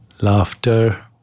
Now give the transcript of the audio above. laughter